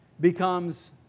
becomes